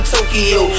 Tokyo